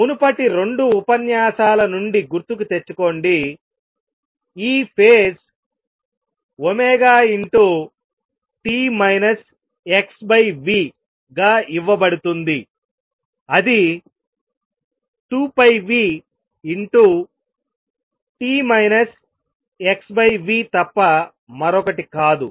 మునుపటి 2 ఉపన్యాసాల నుండి గుర్తుకు తెచ్చుకోండి ఈ ఫేజ్ t xvగా ఇవ్వబడుతుంది అది 2πνt xvతప్ప మరొకటి కాదు